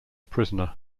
prisoner